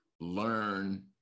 learn